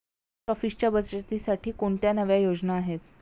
Post ऑफिसच्या बचतीसाठी कोणत्या नव्या योजना आहेत?